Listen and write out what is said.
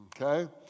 okay